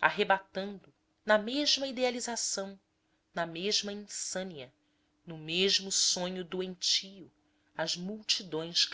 arrebatando na mesma idealização na mesma insânia no mesmo sonho doentio as multidões